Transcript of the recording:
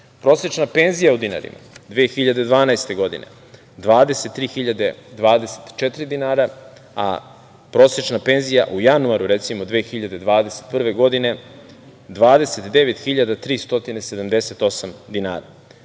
Prosečna penzija u dinarima 2012. godine 23.024 dinara, a prosečna penzija u januaru, recimo 2021. godine, 29.378 dinara.